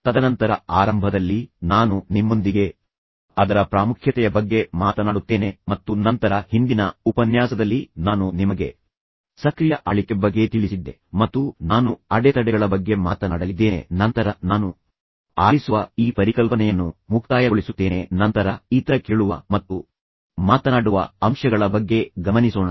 ತದನಂತರ ಆರಂಭದಲ್ಲಿ ನಾನು ನಿಮ್ಮೊಂದಿಗೆ ಅದರ ಪ್ರಾಮುಖ್ಯತೆಯ ಬಗ್ಗೆ ಮಾತನಾಡುತ್ತೇನೆ ಮತ್ತು ನಂತರ ಹಿಂದಿನ ಉಪನ್ಯಾಸದಲ್ಲಿ ನಾನು ನಿಮಗೆ ಸಕ್ರಿಯ ಆಳಿಕೆ ಬಗ್ಗೆ ತಿಳಿಸಿದ್ದೆ ಮತ್ತು ನಾನು ಅಡೆತಡೆಗಳ ಬಗ್ಗೆ ಮಾತನಾಡಲಿದ್ದೇನೆ ನಂತರ ನಾನು ಆಲಿಸುವ ಈ ಪರಿಕಲ್ಪನೆಯನ್ನು ಮುಕ್ತಾಯಗೊಳಿಸುತ್ತೇನೆ ಮತ್ತು ನಂತರ ನಾವು ಇತರ ಕೇಳುವ ಮತ್ತು ಮಾತನಾಡುವ ಅಂಶಗಳ ಬಗ್ಗೆ ಗಮನಿಸೋಣ